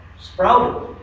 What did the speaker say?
sprouted